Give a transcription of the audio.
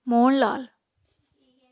Mohan Lal